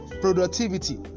productivity